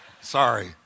Sorry